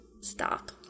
Stop